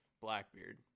Blackbeard